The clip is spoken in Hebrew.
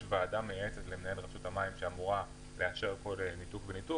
יש ועדה מייעצת למנהל רשות המים שאמורה לאשר כל ניתוק וניתוק.